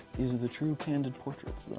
these are the true candid portraits.